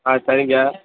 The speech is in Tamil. ஆ சரிங்க